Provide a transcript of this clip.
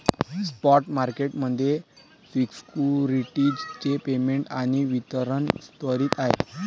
spot market मध्ये securities चे payment आणि वितरण त्वरित आहे